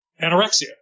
Anorexia